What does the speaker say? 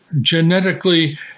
genetically